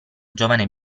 giovane